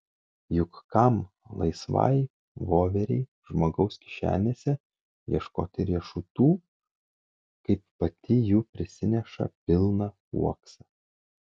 juk kam laisvai voverei žmogaus kišenėse ieškoti riešutų kaip pati jų prisineša pilną uoksą